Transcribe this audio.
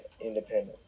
independent